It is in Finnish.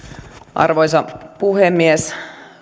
arvoisa puhemies